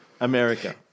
America